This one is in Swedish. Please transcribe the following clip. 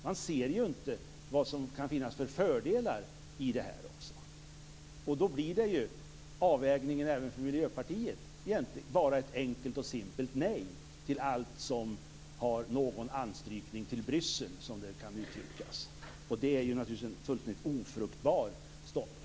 Man ser ju inte de fördelar som kan finnas i detta. Då blir ju avvägningen för Miljöpartiet bara ett enkelt och simpelt nej till allt som har någon anknytning till Bryssel. Det är naturligtvis en fullständigt ofruktbar ståndpunkt.